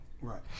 right